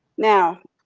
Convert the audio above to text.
now,